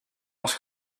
was